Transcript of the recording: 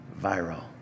Viral